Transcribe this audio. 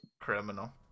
Criminal